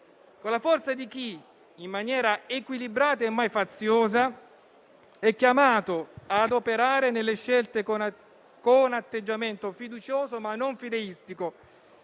con la forza di chi, in maniera equilibrata e mai faziosa, è chiamato a operare nelle scelte con atteggiamento fiducioso, ma non fideistico,